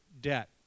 debt